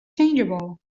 changeable